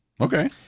okay